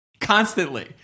constantly